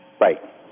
Right